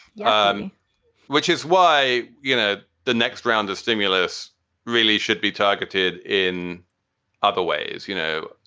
yeah um which is why, you know, the next round of stimulus really should be targeted in other ways. you know,